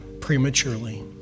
prematurely